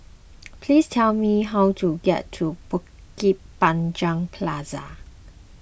please tell me how to get to Bukit Panjang Plaza